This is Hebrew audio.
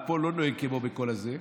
הוא לא נוהג כמו בכל הזה,